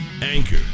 Anchor